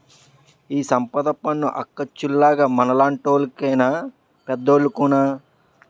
ఈ సంపద పన్ను అక్కచ్చాలుగ మనలాంటోళ్లు కేనా పెద్దోలుకున్నా